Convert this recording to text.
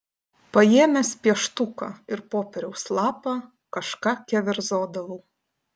paėmęs pieštuką ir popieriaus lapą kažką keverzodavau